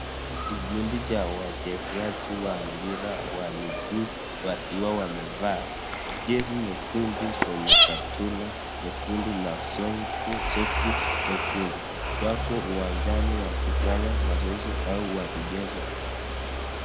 Kikundi cha wachezaji wa mpira wa miguu wakiwa wamevaa jezi nyekundu zenye kaptula nyekundu na soksi nyekundu. Wako uwanjani wakifanya mazoezi au wakicheza.